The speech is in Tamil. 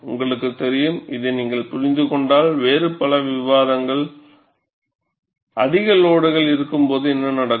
உங்களுக்கு தெரியும் இதை நீங்கள் புரிந்து கொண்டால் வேறு பல விவாதங்கள் அதிக லோடு இருக்கும்போது என்ன நடக்கும்